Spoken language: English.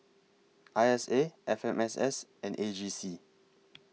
I S A F M S S and A G C